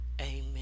Amen